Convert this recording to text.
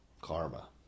karma